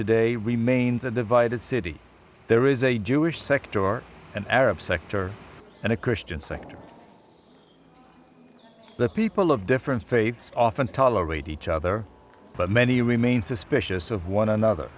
today remains a divided city there is a jewish sect or an arab sector and a christian sector that people of different faiths often tolerate each other but many remain suspicious of one another